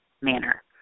manner